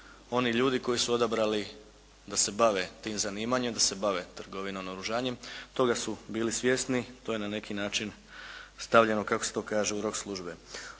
Oni ljudi koji su odabrali da se bave tim zanimanjem, da se bave trgovinom naoružanjem toga su bili svjesni. To je na neki način stavljeno kako se to kaže u rok službe.